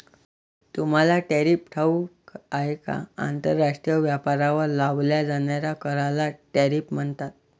तुम्हाला टॅरिफ ठाऊक आहे का? आंतरराष्ट्रीय व्यापारावर लावल्या जाणाऱ्या कराला टॅरिफ म्हणतात